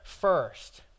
first